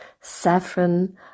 saffron